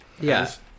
Yes